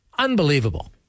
Unbelievable